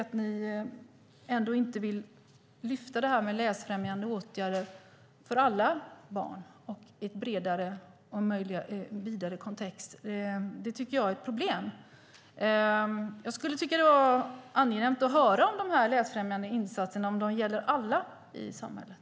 Att ni inte vill lyfta det här med läsfrämjande åtgärder för alla barn i en vidare kontext tycker jag är ett problem. Det vore angenämt att få höra om de läsfrämjande insatserna gäller alla i samhället.